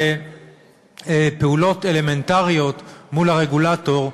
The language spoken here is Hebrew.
זה פעולות אלמנטריות מול הרגולטור,